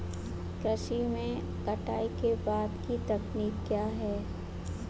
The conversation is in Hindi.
कृषि में कटाई के बाद की तकनीक क्या है?